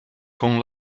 con